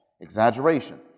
Exaggeration